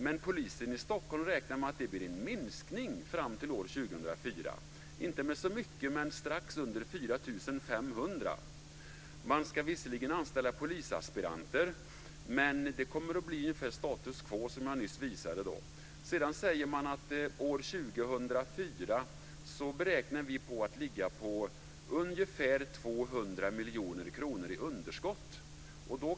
Men polisen i Stockholm räknar med att det blir en minskning fram till år 2004. Det blir inte med så mycket, men antalet poliser blir strax under 4 500. Man ska visserligen anställa polisaspiranter. Men det kommer att bli ungefär status quo, som jag nyss visade på. År 2004 beräknar polisen i Stockholm att ligga på ungefär 200 miljoner i underskott.